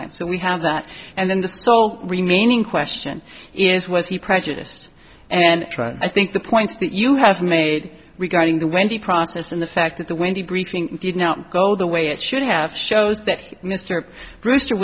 claim so we have that and then the so remaining question is was he prejudiced and i think the points that you have made regarding the when the process and the fact that the way the briefing did now go the way it should have shows that mr brewster